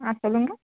ஆ சொல்லுங்கள்